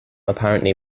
apparently